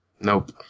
Nope